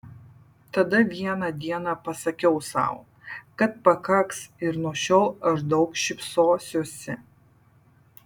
tada vieną dieną pasakiau sau kad pakaks ir nuo šiol aš daug šypsosiuosi